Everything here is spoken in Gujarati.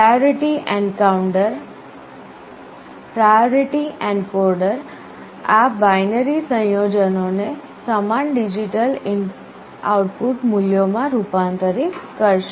પ્રાયોરીટી એન્કોડર આ બાઈનરી સંયોજનોને સમાન ડિજિટલ આઉટપુટ મૂલ્યોમાં રૂપાંતરિત કરશે